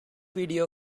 video